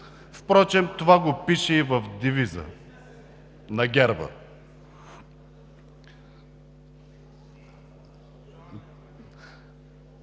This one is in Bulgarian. Впрочем, това го пише и в девиза на герба.